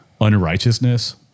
unrighteousness